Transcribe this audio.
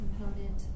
component